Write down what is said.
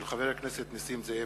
של חבר הכנסת נסים זאב.